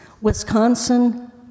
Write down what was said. Wisconsin